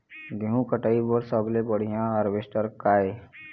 गेहूं कटाई बर सबले बढ़िया हारवेस्टर का ये?